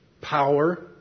power